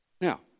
Now